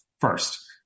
first